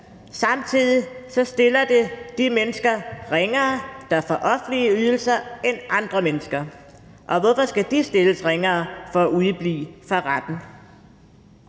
Samtidig stiller det de mennesker, der får offentlige ydelser, ringere end andre mennesker. Og hvorfor skal de stilles ringere for at udeblive fra retten?